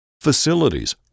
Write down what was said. Facilities